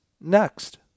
next